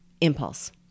Impulse